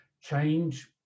change